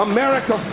America